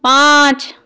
পাঁচ